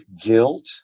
guilt